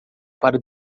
para